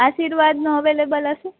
આર્શિવાદનો available હસે